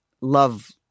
love